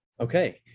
Okay